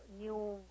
new